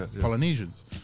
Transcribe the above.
Polynesians